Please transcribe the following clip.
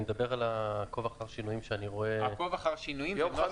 אני מדבר על ה"עקוב אחר שינויים" שאני רואה.